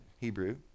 Hebrew